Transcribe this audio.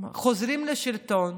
חוזרים לשלטון.